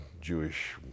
Jewish